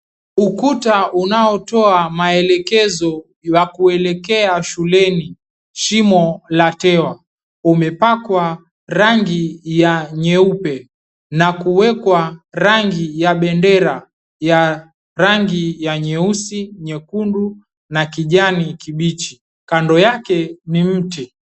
Ukuta unaotoa maelekezo ya kuelekea shuleni, shimo la tewa, umepakwa rangi ya nyeupe na kuwekwa rangi ya bendera ya rangi ya nyeusi, nyekundu na kijani kibichi. Kando yake ni mti.